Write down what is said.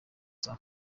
saa